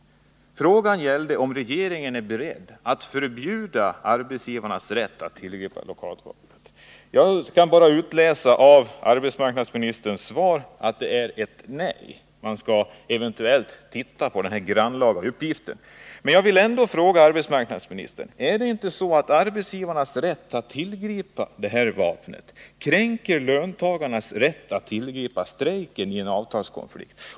Frågan gällde om regeringen är beredd att förbjuda arbetsgivarna att tillgripa lockoutvapnet. Jag kan bara tolka arbetsmarknadsministerns svar som ett nej — arbetsmarknadsministern skall endast eventuellt titta på denna grannlaga uppgift. Jag vill ändå fråga arbetsmarknadsministern: Ar det inte så att arbetsgivarnas rätt att tillgripa lockoutvapnet kränker löntagarnas rätt att tillgripa strejken i en avtalskonflikt?